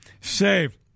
Save